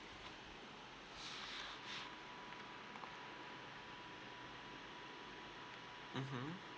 mmhmm